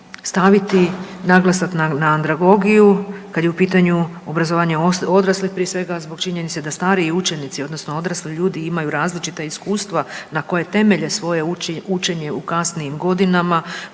staviti naglasak na andragogiju kad je u pitanju obrazovanje odraslih? Prije svega zbog činjenice da stariji učenici odnosno odrasli ljudi imaju različita iskustva na koje temelje svoje učenje u kasnijim godinama